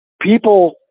People